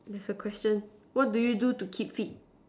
there's a question what do you do to keep fit